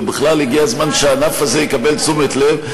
ובכלל הגיע הזמן שהענף הזה יקבל תשומת לב.